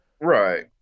right